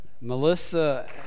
Melissa